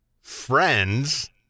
Friends